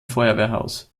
feuerwehrhaus